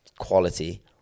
quality